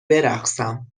برقصم